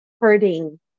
hurting